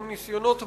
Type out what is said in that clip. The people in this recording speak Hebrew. הם ניסיונות מרים,